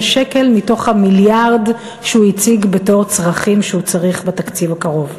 שקלים מתוך המיליארד שהוא הציג בתור צרכים שהוא צריך בתקציב הקרוב.